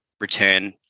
return